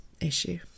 issue